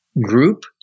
group